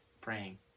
praying